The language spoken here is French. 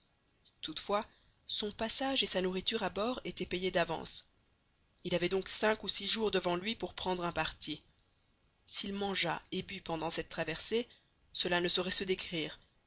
toutefois son passage et sa nourriture à bord étaient payés d'avance il avait donc cinq ou six jours devant lui pour prendre un parti s'il mangea et but pendant cette traversée cela ne saurait se décrire